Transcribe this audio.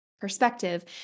perspective